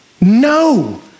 No